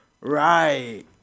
Right